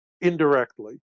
indirectly